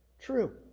true